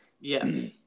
Yes